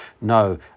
no